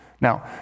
Now